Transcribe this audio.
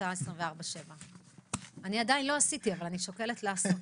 אתה 24/7. אני עדיין לא עשיתי אבל אני שוקלת לעשות.